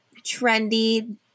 trendy